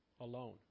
alone